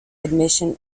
admission